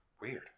Weird